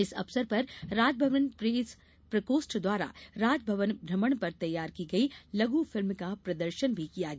इस अवसर पर राजभवन प्रेस प्रकोष्ठ द्वारा राजभवन भ्रमण पर तैयार की गई लघु फिल्म का प्रदर्शन भी किया गया